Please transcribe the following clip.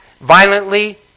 violently